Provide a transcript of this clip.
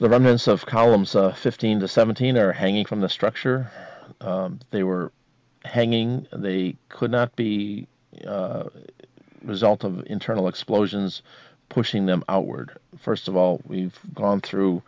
the remnants of columns fifteen to seventeen are hanging from the structure they were hanging they could not be a result of internal explosions pushing them outward first of all we've gone